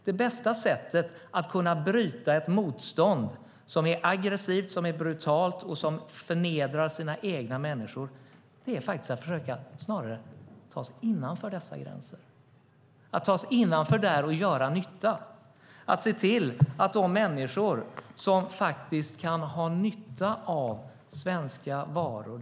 Det bästa sättet att bryta ett motstånd som är aggressivt och brutalt hos en regim som förnedrar sina egna människor är snarare att försöka ta sig innanför dessa gränser, göra nytta och se till att människor kan få tillgång till svenska varor.